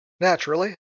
Naturally